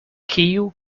kiu